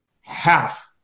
Half